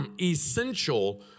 essential